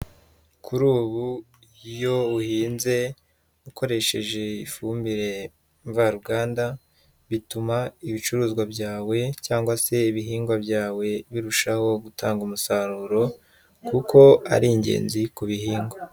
Kuri ubu iyo uhinze ukoresheje ifumbire mvaruganda, bituma ibicuruzwa byawe cyangwase ibihingwa byawe birushaho gutanga umusaruro kuko ari ingenzi ku bihingwa.